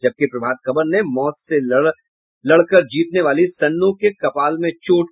जबकि प्रभात खबर ने मौत से लड़ जीतने वाली सन्नो के कपाल में चोट